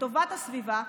לטובת הסביבה,